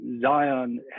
Zion